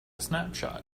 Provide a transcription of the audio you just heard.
snapshot